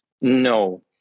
no